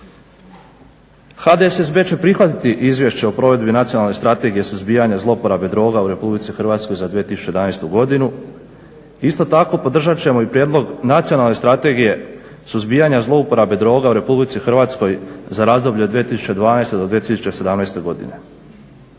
HDSSB će prihvatiti Izvješće o provedbi Nacionalne strategije suzbijanja zlouporabe droga u RH za 2011. godinu, isto tako podržat ćemo i prijedlog Nacionalne strategije suzbijanja zlouporabe droga u RH za razdoblje od 2012. do 2017. godine.